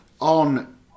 on